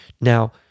Now